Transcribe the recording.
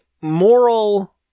moral